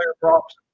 props